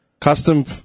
Custom